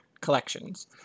collections